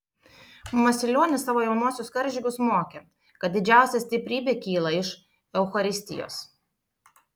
masilionis savo jaunuosius karžygius mokė kad didžiausia stiprybė kyla iš eucharistijos